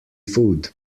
food